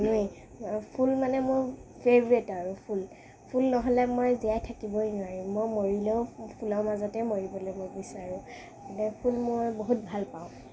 মই আনোৱে ফুল মানে মোৰ ফেভৰেট আৰু ফুল ফুল নহ'লে মই জীয়াই থাকিবই নোৱাৰোঁ মই মৰিলেও ফুলৰ মাজতে মৰিবলৈ বিচাৰোঁ মানে ফুল মই বহুত ভাল পাওঁ